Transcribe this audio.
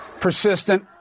persistent